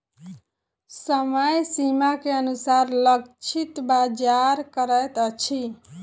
समय सीमा के अनुसार लक्षित बाजार करैत अछि